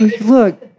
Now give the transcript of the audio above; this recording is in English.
Look